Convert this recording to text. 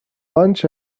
lunch